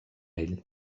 ell